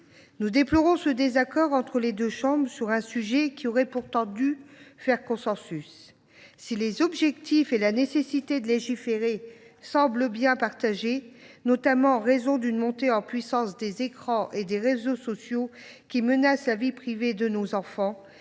Nous déplorons ce désaccord entre les deux chambres sur un sujet qui aurait pourtant dû faire consensus. Si tout le monde semble convenir de la nécessité de légiférer, notamment en raison d’une montée en puissance des écrans et des réseaux sociaux qui menacent la vie privée de nos enfants,